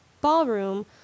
Ballroom